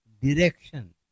direction